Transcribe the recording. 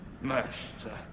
master